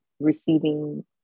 receiving